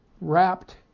wrapped